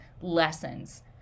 lessons